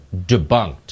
debunked